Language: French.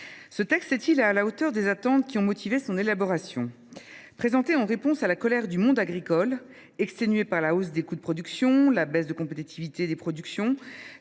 Ce texte est il à la hauteur des attentes qui ont motivé son élaboration ? Présentée en réponse à la colère du monde agricole, exténué par la hausse des coûts de production, la baisse de compétitivité, la multiplication